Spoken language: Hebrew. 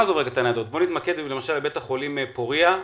ונתמקד בבית החולים פורייה,